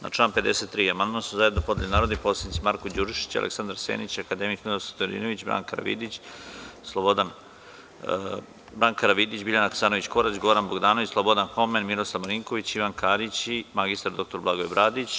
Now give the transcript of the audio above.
Na član 53. amandman su zajedno podneli narodni poslanici Marko Đurišić, Aleksandar Senić, akademik Ninoslav Stojadinović, Branka Karavidić, Biljana Hasanović Korać, Goran Bogdanović, Slobodan Homen, Miroslav Marinković, Ivan Karić i mr Blagoje Bradić.